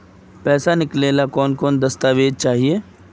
पैसा निकले ला कौन कौन दस्तावेज चाहिए?